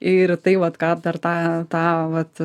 ir tai vat ką dar tą tą vat